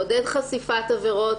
לעודד חשיפת עבירות,